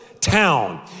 town